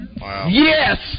Yes